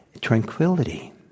Tranquility